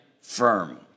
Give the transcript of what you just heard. firm